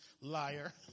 Liar